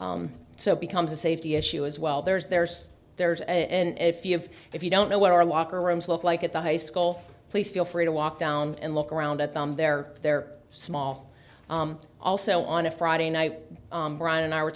it becomes a safety issue as well there's there's there's and if you have if you don't know what our locker rooms look like at the high school please feel free to walk down and look around at them they're they're small also on a friday night brian and i were